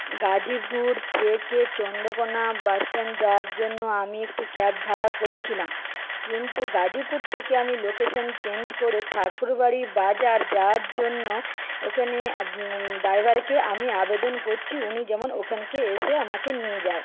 গাজীপুর থেকে Chandrakona bus stand যাওয়ার জন্য আমি একটি ক্যাব ভাড়া করেছিলাম কিন্তু গাজীপুর থেকে আমি লোকেশন চেঞ্জ করে ঠাকুরবাড়ি বাজার যাওয়ার জন্য ওখানে ড্রাইভারকে আমি আবেদন করছি উনি যেমন ওখানকে এসে আমাকে নিয়ে যায়